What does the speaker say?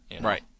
Right